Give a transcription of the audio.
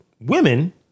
women